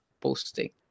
posting